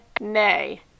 nay